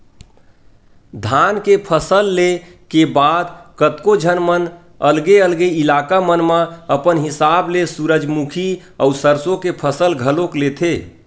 धान के फसल ले के बाद कतको झन मन अलगे अलगे इलाका मन म अपन हिसाब ले सूरजमुखी अउ सरसो के फसल घलोक लेथे